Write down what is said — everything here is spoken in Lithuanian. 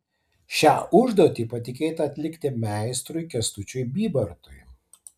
šią užduotį patikėta atlikti meistrui kęstučiui bybartui